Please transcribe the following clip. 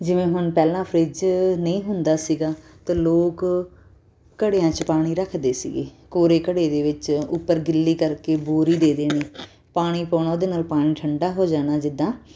ਜਿਵੇਂ ਹੁਣ ਪਹਿਲਾਂ ਫਰਿਜ ਨਹੀਂ ਹੁੰਦਾ ਸੀਗਾ ਤਾਂ ਲੋਕ ਘੜਿਆਂ 'ਚ ਪਾਣੀ ਰੱਖਦੇ ਸੀਗੇ ਕੋਰੇ ਘੜੇ ਦੇ ਵਿੱਚ ਉੱਪਰ ਗਿੱਲੀ ਕਰਕੇ ਬੋਰੀ ਦੇ ਦੇਣੀ ਪਾਣੀ ਪਾਉਣਾ ਉਹਦੇ ਨਾਲ ਪਾਣੀ ਠੰਡਾ ਹੋ ਜਾਣਾ ਜਿੱਦਾਂ